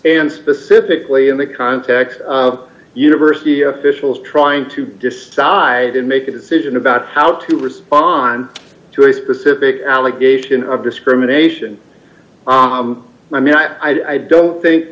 and specifically in the context university officials trying to decide and make a decision about how to respond to a specific allegation of discrimination i mean i don't think